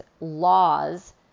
laws